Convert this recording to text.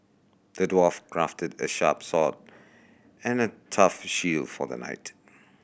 the dwarf crafted a sharp sword and a tough shield for the knight